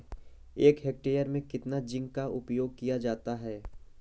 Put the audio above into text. एक हेक्टेयर में कितना जिंक का उपयोग किया जाता है?